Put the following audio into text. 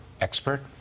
expert